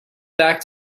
back